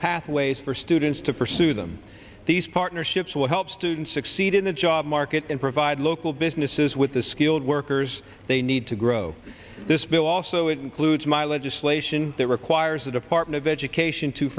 pathways for students to pursue them these partnerships will help students succeed in the job market and provide local businesses with the skilled workers they need to grow this bill also includes my legislation that requires the department of education to